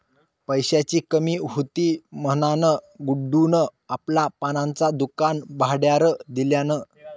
पैशाची कमी हुती म्हणान गुड्डून आपला पानांचा दुकान भाड्यार दिल्यान